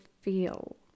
feel